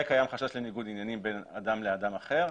קיים חשש לניגוד עניינים בין אדם לאדם אחר,